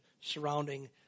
surrounding